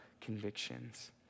convictions